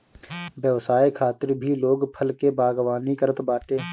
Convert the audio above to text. व्यवसाय खातिर भी लोग फल के बागवानी करत बाटे